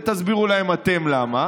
את זה תסבירו להם אתם למה.